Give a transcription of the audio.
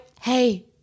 Hey